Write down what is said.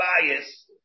bias